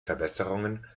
verbesserungen